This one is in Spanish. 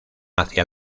hacia